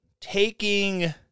taking